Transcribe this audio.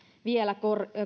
vielä